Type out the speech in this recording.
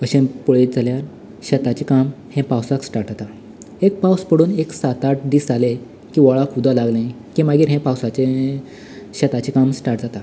अशें पळयत जाल्यार शेताचें काम हें पावसाक स्टार्ट जाता एक पावस पडून एक सात आठ दीस जाले की व्हाळाक उदक लागलें की मागीर हें पावसाचें शेताचें काम स्टार्ट जाता